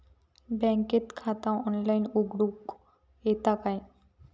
बँकेत खाता ऑनलाइन उघडूक येता काय?